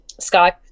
Skype